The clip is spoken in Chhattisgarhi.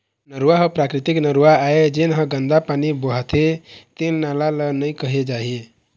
नरूवा ह प्राकृतिक नरूवा आय, जेन ह गंदा पानी बोहाथे तेन नाला ल नइ केहे जाए